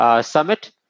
summit